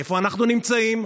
איפה אנחנו נמצאים,